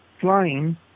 flying